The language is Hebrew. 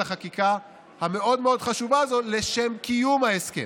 החקיקה המאוד-מאוד חשובה הזאת לשם קיום ההסכם.